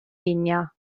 digna